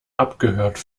abgehört